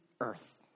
earth